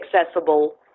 accessible